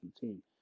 team